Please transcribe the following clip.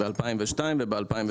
ב-2002 וב-2012 קבעו הוראות.